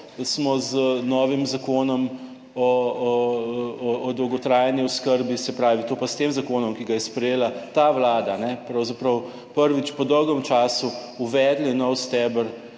smo z novim zakonom o dolgotrajni oskrbi, se pravi to pa s tem zakonom, ki ga je sprejela ta vlada pravzaprav prvič po dolgem času uvedli nov steber